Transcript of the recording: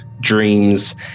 dreams